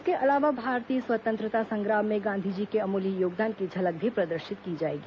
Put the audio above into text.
इसके अलावा भारतीय स्वतंत्रता संग्राम में गांधी जी के अमूल्य योगदान की झलक भी प्रदर्शित की जाएगी